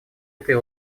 этой